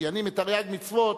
כי אני מתרי"ג מצוות,